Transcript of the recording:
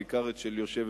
בעיקר את אלה של יושבת-ראש